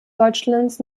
deutschlands